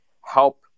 help